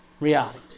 Reality